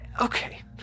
Okay